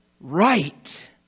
right